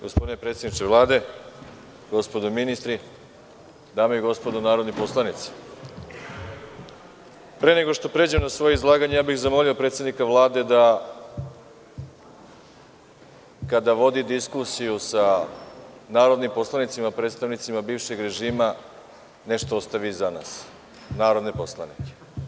Gospodine predsedniče Vlade, gospodo ministri, dame i gospodo narodni poslanici, pre nego što pređem na svoje izlaganje, ja bih zamolio predsednika Vlade da kada vodi diskusiju sa narodnim poslanicima, predstavnicima bivšeg režima nešto ostavi i za nas narodne poslanike.